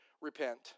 Repent